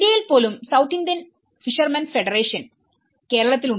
ഇന്ത്യയിൽ പോലും South Indian Fishermen Federation കേരളത്തിലുണ്ട്